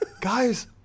Guys